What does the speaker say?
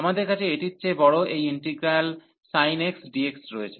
আমাদের কাছে এটির চেয়ে বড় এই ইন্টিগ্রাল sin x dx রয়েছে